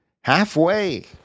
halfway